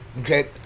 okay